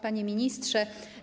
Panie Ministrze!